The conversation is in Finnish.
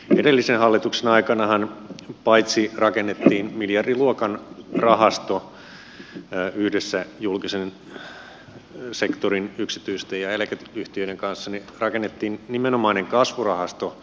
edellisen hallituksen aikanahan paitsi rakennettiin miljardiluokan rahasto yhdessä julkisen sektorin yksityisten ja eläkeyhtiöiden kanssa myös rakennettiin nimenomainen kasvurahasto eläkeyhtiöiden toimesta